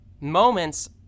moments